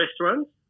restaurants